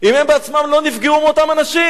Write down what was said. אם הם בעצמם לא נפגעו מאותם אנשים.